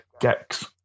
Gex